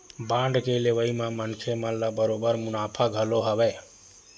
bond के लेवई म मनखे मन ल बरोबर मुनाफा घलो हवय